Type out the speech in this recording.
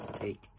Take